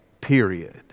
period